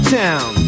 town